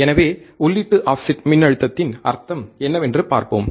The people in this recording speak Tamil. எனவே உள்ளீட்டு ஆஃப்செட் மின்னழுத்த்தத்தின் அர்த்தம் என்னவென்று பார்ப்போம்